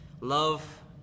Love